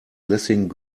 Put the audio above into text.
lessing